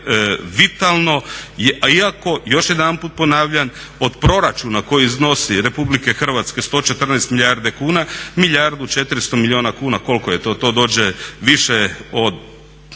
vitalno iako, još jedanput ponavljam, od proračuna Republike Hrvatske koji iznosi 114 milijardi kuna, milijardu 400 milijuna kuna, koliko je to, to je 1,nešto